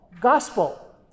gospel